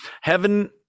Heaven